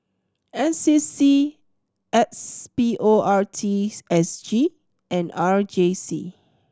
N C C S P O R T S G and R J C